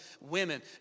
women